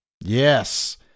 Yes